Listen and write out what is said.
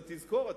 אתה תזכור,